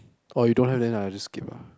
oh you don't have then ah I'll just skip ah